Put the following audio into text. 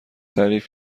تعریف